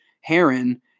heron